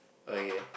okay